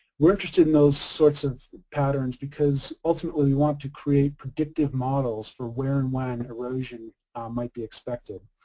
we're interested in those sorts of patterns because ultimately we want to create predictive models for where and when erosion might be expected.